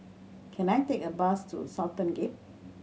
can I take a bus to Sultan Gate